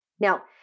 Now